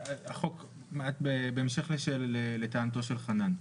בהמשך לטענתו של חנן.